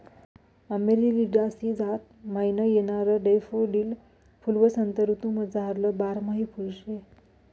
Amaryllidaceae जात म्हाईन येणारं डैफोडील फुल्वसंत ऋतूमझारलं बारमाही फुल शे